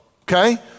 okay